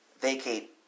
vacate